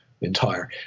entire